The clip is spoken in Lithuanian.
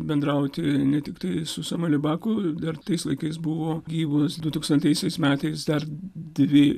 bendrauti ne tiktai su samueliu baku dar tais laikais buvo gyvos du tūkstantaisiais metais dar dvi